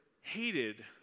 hated